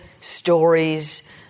stories